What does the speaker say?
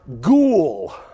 ghoul